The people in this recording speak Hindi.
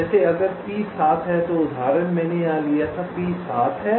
जैसे अगर P 7 है तो उदाहरण मैंने यहाँ लिया यदि P 7 है